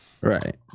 Right